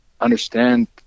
understand